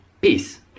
peace